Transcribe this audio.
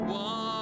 one